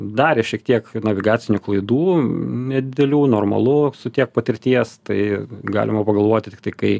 darė šiek tiek navigacinių klaidų nedidelių normalu su tiek patirties tai galima pagalvoti tiktai kai